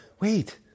Wait